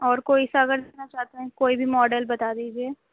اور کوئی سا اگر دیکھنا چاہتے ہیں کوئی بھی ماڈل بتا دیجیے